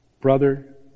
brother